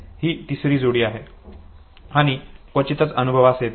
ही तिसरी जोडी आहे आणि क्वचितच अनुभवास येते